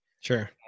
Sure